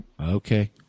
Okay